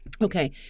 Okay